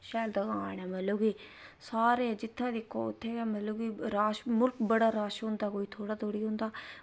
शैल दकान ऐ मतलब कि सारे जित्थें दिक्खो उत्थें गै मतलब कि मुल्ख बड़ा रश होंदा कोई थोह्ड़ा थोह्ड़े ई होंदा